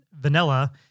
vanilla